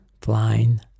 flying